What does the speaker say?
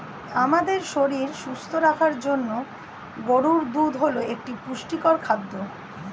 আমাদের শরীর সুস্থ রাখার জন্য গরুর দুধ হল একটি পুষ্টিকর খাদ্য